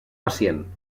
pacient